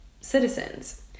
citizens